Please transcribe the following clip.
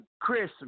Christmas